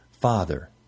Father